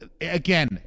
Again